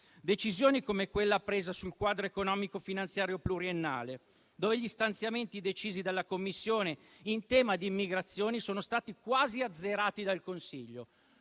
decisioni come quella presa sul quadro economico finanziario pluriennale, dove gli stanziamenti decisi dalla Commissione in tema di immigrazione sono stati quasi azzerati dal Consiglio.